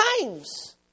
times